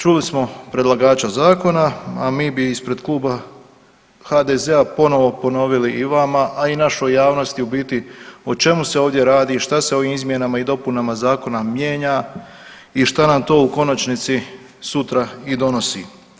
Čuli smo predlagača zakona, a mi bi ispred Kluba HDZ-a ponovo ponovili i vama, a i našoj javnosti u biti o čemu se ovdje radi i šta se ovim izmjenama i dopunama zakona mijenja i šta nam to u konačnici sutra i donosi.